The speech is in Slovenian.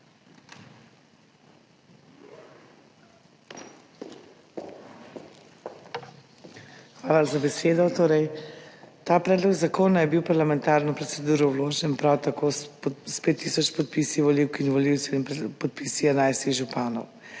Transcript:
Hvala za besedo. Ta predlog zakona je bil v parlamentarno proceduro vložen prav tako s 5 tisoč podpisi volivk in volivcev in podpisi 11 županov.